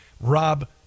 Rob